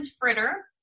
Fritter